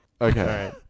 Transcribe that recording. Okay